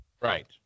Right